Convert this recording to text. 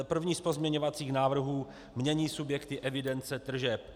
První z pozměňovacích návrhů mění subjekty evidence tržeb.